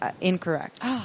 Incorrect